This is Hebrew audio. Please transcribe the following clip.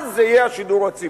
אז זה יהיה השידור הציבורי.